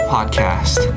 Podcast